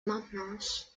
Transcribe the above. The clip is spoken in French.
maintenance